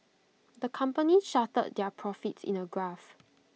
the company charted their profits in A graph